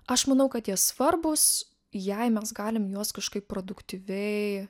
aš manau kad jie svarbūs jei mes galim juos kažkaip produktyviai